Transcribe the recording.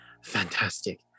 Fantastic